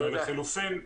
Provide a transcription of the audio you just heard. ולחילופין,